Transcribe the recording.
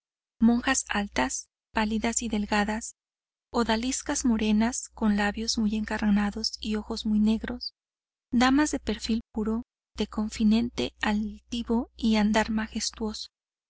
monjas altas pálidas y delgadas odaliscas morenas con labios muy encarnados y ojos muy negros damas de perfil puro de confinente altivo y andar majestuoso